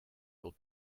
will